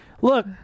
Look